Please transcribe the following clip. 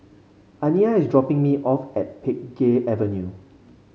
Aniyah is dropping me off at Pheng Geck Avenue